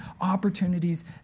opportunities